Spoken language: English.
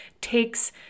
takes